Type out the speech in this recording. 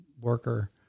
worker